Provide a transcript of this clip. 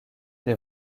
des